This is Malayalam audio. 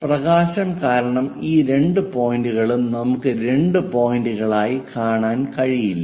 പ്രകാശം കാരണം ഈ രണ്ട് പോയിന്റുകളും നമുക്ക് രണ്ട് പോയിന്റുകളായി കാണാൻ കഴിയില്ല